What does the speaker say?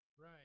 right